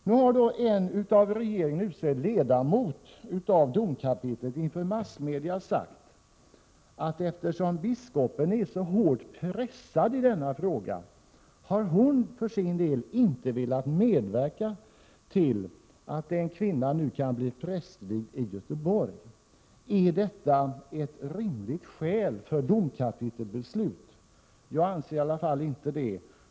Nu har en av regeringen utsedd ledamot av domkapitlet inför massmedia sagt, att eftersom biskopen är så hårt pressad i denna fråga, har hon för sin del inte velat medverka till att en kvinna nu kan bli prästvigd i Göteborg. Är detta ett rimligt skäl för domkapitlets beslut? För min del anser jag inte detta.